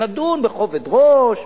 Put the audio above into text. ונדון בכובד ראש.